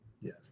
Yes